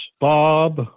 Bob